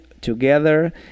together